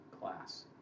class